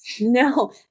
No